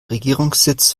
regierungssitz